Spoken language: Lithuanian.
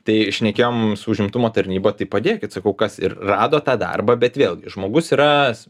tai šnekėjom su užimtumo tarnyba tai padėkit sakau kas ir rado tą darbą bet vėl žmogus yra